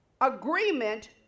agreement